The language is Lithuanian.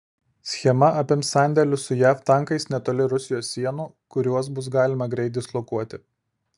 schema apims sandėlius su jav tankais netoli rusijos sienų kuriuos bus galima greit dislokuoti